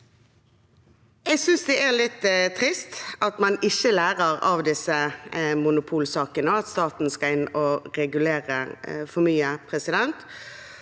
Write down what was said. Jeg synes det er litt trist at man ikke lærer av disse monopolsakene, og at staten skal inn og regulere for mye. I denne